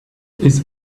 his